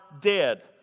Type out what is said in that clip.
dead